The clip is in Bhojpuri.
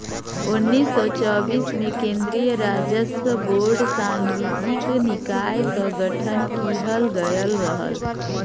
उन्नीस सौ चौबीस में केन्द्रीय राजस्व बोर्ड सांविधिक निकाय क गठन किहल गयल रहल